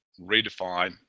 redefine